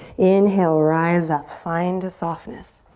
inhale, rise up. find a softness.